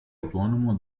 autonomo